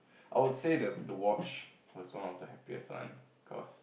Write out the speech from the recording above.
I would say that the watch was once of the happiest one because